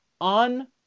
on